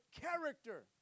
character